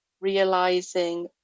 realizing